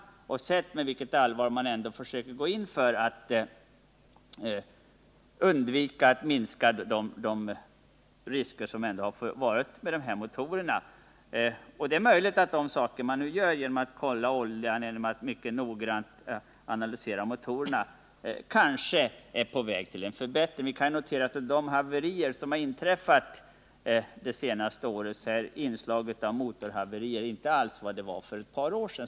Jag har där sett med vilket allvar man går in för att minska riskerna med de här motorerna. Det är möjligt att man genom det man nu gör — man kollar oljan ofta för att söka spår av metaller och man analyserar motorerna noggrant — är på väg mot en förbättring. I de haverier som inträffat under det senaste året är inslaget av motorhaverier inte alls lika stort som för ett par år sedan.